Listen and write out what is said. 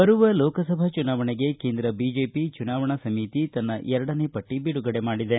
ಬರುವ ಲೋಕಸಭಾ ಚುನಾವಣೆಗೆ ಕೇಂದ್ರ ಬಿಜೆಪಿ ಚುನಾವಣಾ ಸಮಿತಿ ತನ್ನ ಎರಡನೆ ಪಟ್ಟಿ ಬಿಡುಗಡೆ ಮಾಡಿದೆ